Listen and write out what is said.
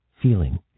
feeling